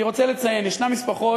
אני רוצה לציין, יש משפחות